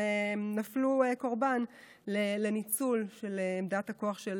הם נפלו קורבן לניצול של עמדת הכוח של